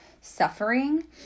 suffering